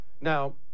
Now